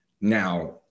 Now